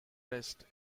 wrist